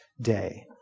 day